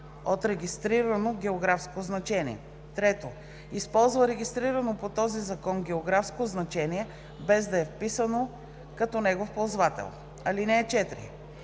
от регистрирано географско означение; 3. използва регистрирано по този закон географско означение, без да е вписано като негов ползвател. (4)